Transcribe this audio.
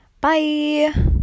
bye